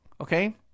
okay